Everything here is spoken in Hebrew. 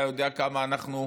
אתה יודע כמה אנחנו,